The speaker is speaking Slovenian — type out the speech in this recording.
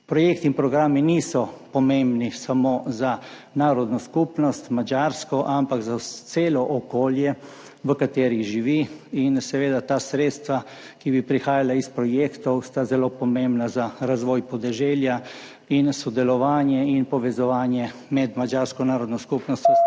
Projekti in programi niso pomembni samo za madžarsko narodno skupnost, ampak tudi za celo okolje, v katerem živi. Ta sredstva, ki bi prihajala iz projektov, so zelo pomembna za razvoj podeželja in sodelovanje in povezovanje med madžarsko narodno skupnostjo